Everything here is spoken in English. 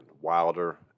Wilder